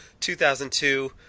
2002